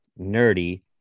nerdy